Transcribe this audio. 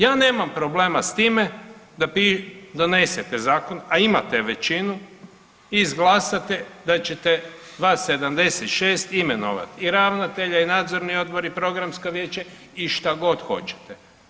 Ja nemam problema s time da vi donesete zakon, a imate većinu i izglasate da ćete vas 76 imenovati i ravnatelje i Nadzorni odbor i Programsko vijeće i šta god hoćete.